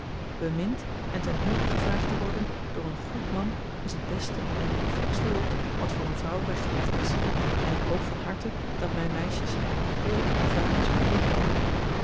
bemind en ten huwelijk gevraagd te worden door een goed man is het beste en liefelijkste lot wat voor een vrouw weggelegd is en ik hoop van harte dat mijn meisjes die heerlijke ervaring zullen leeren kennen